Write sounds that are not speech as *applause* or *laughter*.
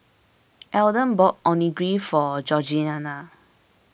*noise* Alden bought Onigiri for Georgianna